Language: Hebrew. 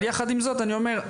אבל יחד עם זאת אני אומר,